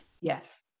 Yes